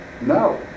No